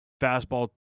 fastball